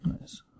Nice